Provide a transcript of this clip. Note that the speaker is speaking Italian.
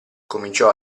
cominciò